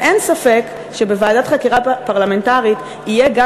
ואין ספק שבוועדת חקירה פרלמנטרית יהיה גם